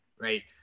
right